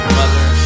mother